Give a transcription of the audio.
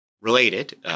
Related